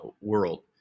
world